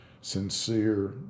sincere